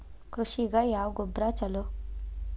ಕೃಷಿಗ ಯಾವ ಗೊಬ್ರಾ ಛಲೋ?